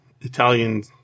Italian